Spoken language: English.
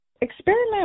experiment